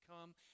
come